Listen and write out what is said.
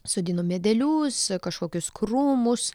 sodinom medelius kažkokius krūmus